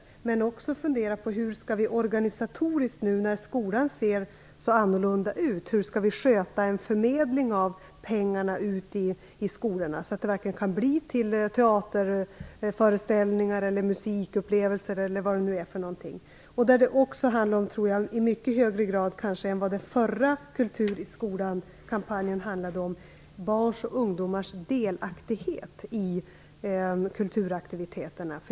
Vi måste också fundera över hur vi organisatoriskt, när skolan ser så annorlunda ut, skall sköta en förmedling av pengarna ut till skolorna, så att det verkligen leder till teaterföreställningar, musikupplevelser m.m. Jag tror också att det nu i mycket högre grad än i den förra kampanjen om kultur i skolan handlar om barns och ungdomars delaktighet i kulturaktiviteterna.